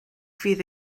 fydd